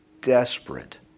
desperate